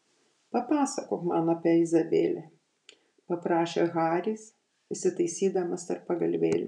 papasakok man apie izabelę paprašė haris įsitaisydamas tarp pagalvėlių